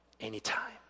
anytime